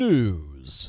News